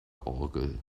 orgel